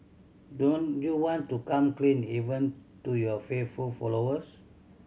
don't you want to come clean even to your faithful followers